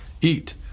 eat